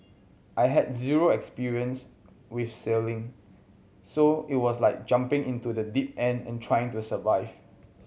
I had zero experience with sailing so it was like jumping into the deep end and trying to survive